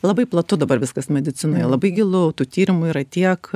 labai platu dabar viskas medicinoje labai gilu tų tyrimų yra tiek